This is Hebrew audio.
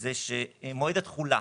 זה מועד התחולה.